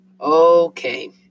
Okay